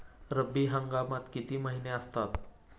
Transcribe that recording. रब्बी हंगामात किती महिने असतात?